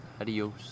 adios